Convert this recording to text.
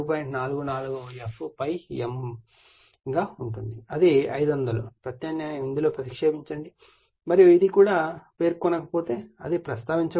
44 f ∅m గా ఉంటుంది అది 500 ప్రత్యామ్నాయంగా ఇందులో ప్రతిక్షేపించండి మరియు అది కూడా పేర్కొనకపోతే అది ప్రస్తావించకపోయినా